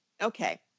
Okay